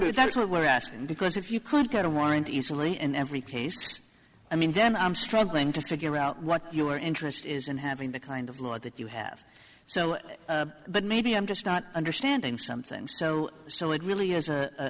what we're asking because if you could get a warrant easily in every case i mean then i'm struggling to figure out what your interest is in having the kind of law that you have so but maybe i'm just not understanding something so so it really is